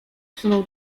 wsunął